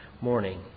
morning